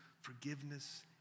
forgiveness